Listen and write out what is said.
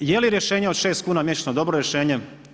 Jeli rješenje od šest kuna mjesečno dobro rješenje?